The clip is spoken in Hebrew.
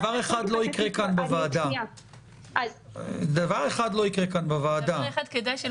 דבר אחד לא יקרה כאן בוועדה --- דבר אחד כדאי שלא יקרה,